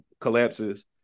collapses